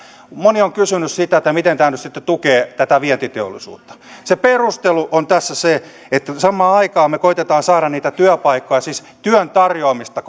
moni on kysynyt että miten tämä nyt sitten tukee tätä vientiteollisuutta se perustelu on tässä se että samaan aikaan me koetamme saada niitä työpaikkoja siis helpottaa työn tarjoamista